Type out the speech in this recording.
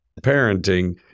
parenting